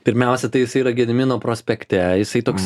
pirmiausia tai jisai yra gedimino prospekte jisai toks